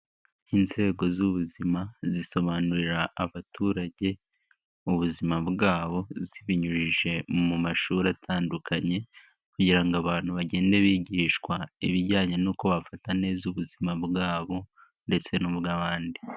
Inzego z'ubuzima zisobanurira abaturage, ubuzima bwabo zibinyujije mu mashuri atandukanye kugira ngo abantu bagende bigishwa ibijyanye n'uko wafata neza ubuzima bwabo ndetse n'ubw'abandi.